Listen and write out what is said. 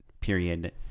period